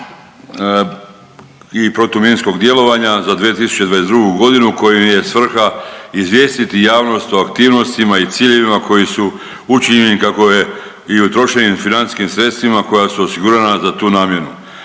i protuminskog djelovanja za 2022. g. kojim je svrha izvijestiti javnost o aktivnostima i ciljevima koji su učinjeni kako je i utrošenim financijskim sredstvima koja su osigurana za tu namjenu.